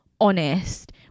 honest